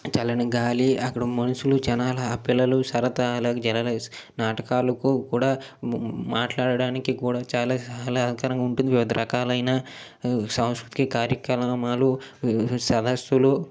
చల్లని గాలి అక్కడ మనుసులు జనాలు పిల్లలు సరదాల జనాల నాటకాలకు కూడా మాట్లాడటానికి కూడా చాలా సహలకరంగా ఉంటుంది వివిధ రకాలైనా సంస్కృతి కార్యక్రమాలు సరస్సులు